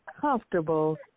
comfortable